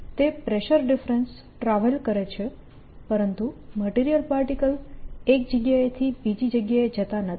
તે pressure difference travel કરે છે પરંતુ મટીરીયલ પાર્ટીકલ એક જગ્યાએથી બીજી જગ્યાએ જતા નથી